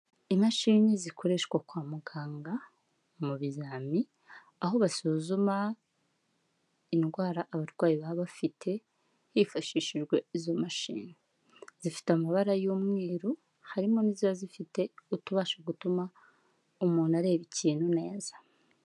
Imashini zikoreshwa kwa muganga mu bizami, aho basuzuma indwara abarwayi baba bafite hifashishijwe izo mashini. Zifite amabara y'umweru, harimo n'izaba zifite utubasha gutuma umuntu areba ikintu neza.